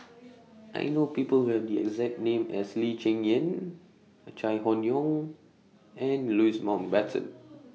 I know People Who Have The exact name as Lee Cheng Yan Chai Hon Yoong and Louis Mountbatten